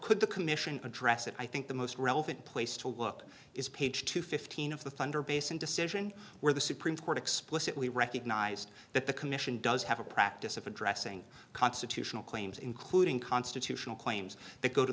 could the commission address it i think the most relevant place to look is page two fifteen of the thunder basin decision where the supreme court explicitly recognized that the commission does have a practice of addressing constitutional claims including constitutional claims that go to